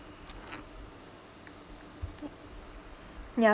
ya